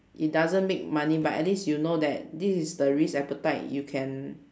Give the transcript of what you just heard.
it doesn't make money but at least you know that this is the risk appetite you can